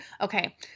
okay